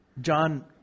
John